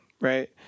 right